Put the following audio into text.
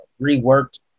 reworked